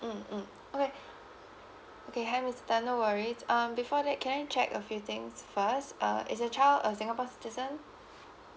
mm mm okay okay harris uh no worries um before that can I check a few things first uh is your child a singapore citizen